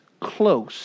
close